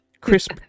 crisp